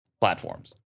platforms